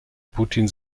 putin